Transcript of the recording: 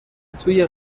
توی